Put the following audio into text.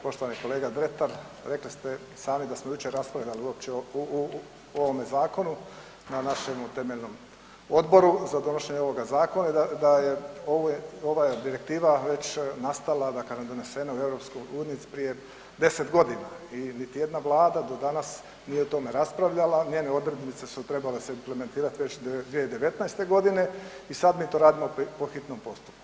Poštovani kolega Dretar, rekli ste i sami da smo jučer raspravljali uopće o ovome zakonu na našemu temeljnom odboru za donošenje ovoga zakona i da je, ova je direktiva već nastala da donesena u EU prije 10 godina i niti jedna vlada do danas nije o tome raspravljala, njene odrednice su trebale se implementirati 2019. godine i sad mi to radimo po hitnom postupku.